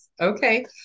Okay